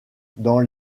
dans